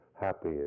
happy